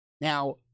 Now